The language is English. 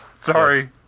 Sorry